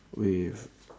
with